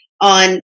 on